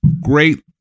Great